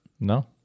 No